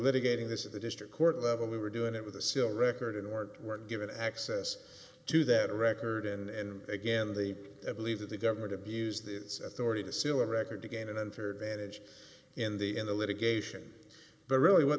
this in the district court level we were doing it with a silver record and weren't weren't given access to that record and again they believe that the government abused the authority to sell a record to gain an unfair advantage in the in the litigation but really what